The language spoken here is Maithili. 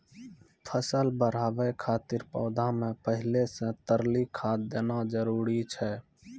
फसल बढ़ाबै खातिर पौधा मे पहिले से तरली खाद देना जरूरी छै?